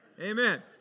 Amen